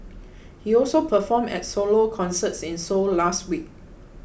he also performed at solo concerts in Seoul last week